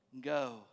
go